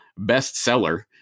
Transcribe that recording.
bestseller